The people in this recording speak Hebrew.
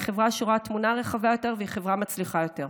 היא חברה שרואה תמונה רחבה יותר והיא חברה מצליחה יותר.